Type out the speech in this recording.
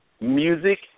Music